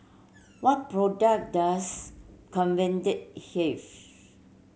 what product does Convatec have